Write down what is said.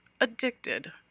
addicted